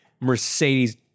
Mercedes